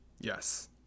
yes